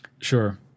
Sure